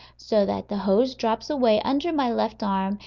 so that the hose drops away under my left arm,